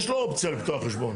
יש לו אופציה לפתוח חשבון.